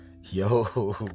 yo